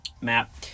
map